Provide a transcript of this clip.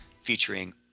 featuring